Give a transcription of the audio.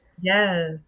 Yes